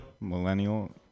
Millennial